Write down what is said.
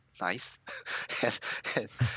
nice